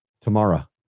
Tomorrow